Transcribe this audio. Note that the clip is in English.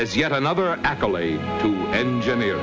as yet another accolade engineer